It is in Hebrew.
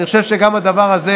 אני חושב שגם הדבר הזה,